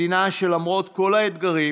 מדינה שלמרות כל האתגרים